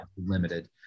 limited